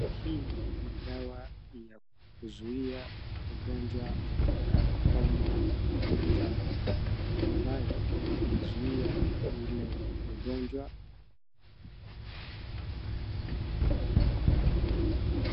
Hii ni dawa ya kuzuia ugonjwa ya homa ya manjano ambayo inazuia ile ugonjwa.